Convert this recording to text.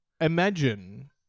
Imagine